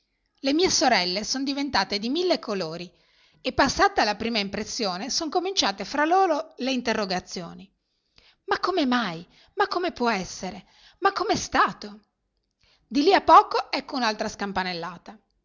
le mie sorelle son diventate di mille colori e passata la prima impressione son cominciate fra loro le interrogazioni ma come mai ma come può essere ma com'è stato i lì a poco ecco